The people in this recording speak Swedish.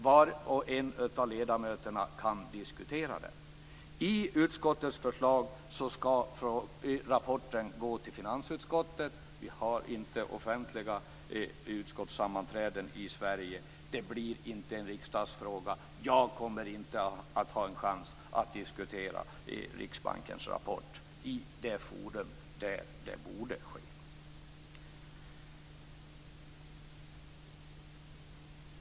Var och en av ledamöterna skulle ha kunnat diskutera den. I utskottets förslag skall rapporten gå till finansutskottet. Vi har inte offentliga utskottssammanträden i Sverige. Ärendet blir inte en riksdagsfråga. Jag kommer inte att ha en chans att diskutera Riksbankens rapport i det forum där det borde ske.